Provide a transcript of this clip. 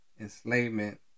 enslavement